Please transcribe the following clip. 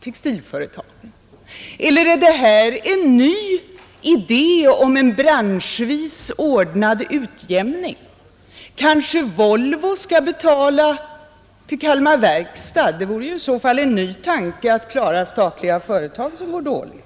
textilföretagen. Eller är det här en ny idé om en branschvis ordnad utjämning? Kanske Volvo skall betala till Kalmar verkstad? Det vore i så fall en ny tanke att klara statliga företag som går dåligt.